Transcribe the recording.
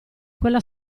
quella